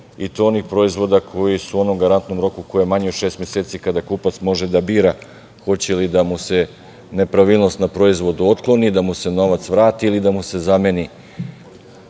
i to onih proizvoda koji su u garantnom roku koji je manji odšest meseci, a kada kupac može da bira hoće li da mu se nepravilnost proizvoda otkloni, da mu se novac vrati ili da mu se zameni